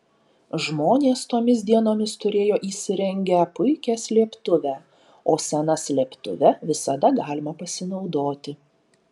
žmonės tomis dienomis turėjo įsirengę puikią slėptuvę o sena slėptuve visada galima pasinaudoti